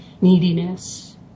neediness